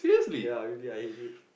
ya really I hate it